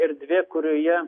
erdvė kurioje